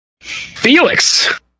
Felix